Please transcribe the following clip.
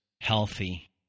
healthy